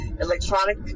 electronic